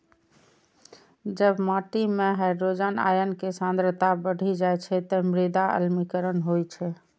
जब माटि मे हाइड्रोजन आयन के सांद्रता बढ़ि जाइ छै, ते मृदा अम्लीकरण होइ छै